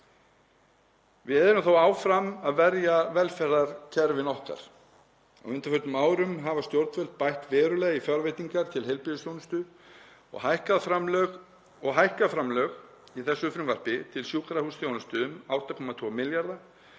Við erum þó áfram að verja velferðarkerfin okkar. Á undanförnum árum hafa stjórnvöld bætt verulega í fjárveitingar til heilbrigðisþjónustu og hækka framlög í þessu frumvarpi til sjúkrahúsþjónustu um 8,2 milljarða